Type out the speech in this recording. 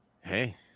hey